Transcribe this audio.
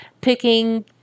picking